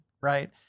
right